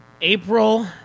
April